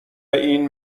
این